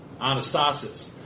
anastasis